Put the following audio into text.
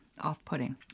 off-putting